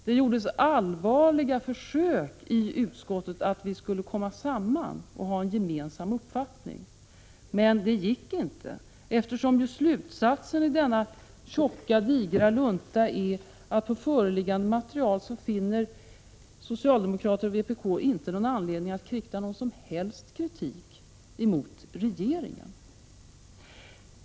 Det gjordes allvarliga försök i utskottet att vi skulle komma samman och ha en gemensam uppfattning, men det gick inte, eftersom slutsatsen i denna digra lunta är att på grundval av föreliggande material finner socialdemokrater och vpk inte någon anledning att rikta någon som helst kritik mot regeringen.